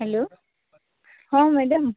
hello ହଁ madam